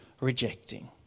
rejecting